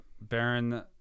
Baron